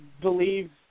believe